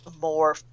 more